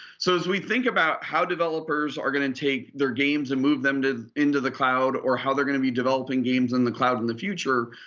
so as we think about how developers are gonna take their games and move them into the cloud, or how they're gonna be developing games in the cloud in the future,